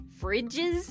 ..fridges